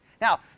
Now